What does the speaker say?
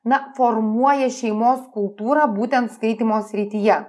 na formuoja šeimos kultūrą būtent skaitymo srityje